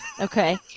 Okay